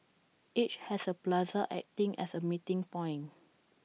each has A plaza acting as A meeting point